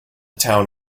town